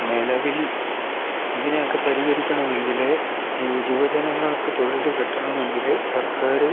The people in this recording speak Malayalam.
നിലവിൽ ഇതിനെയൊക്കെ പരിഹരിക്കണമെങ്കിൽ യുവജനങ്ങൾക്ക് തൊഴിൽ കിട്ടണമെങ്കിൽ സർക്കാർ